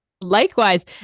Likewise